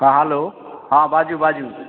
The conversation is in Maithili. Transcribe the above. हँ हेलो हँ बाजू बाजू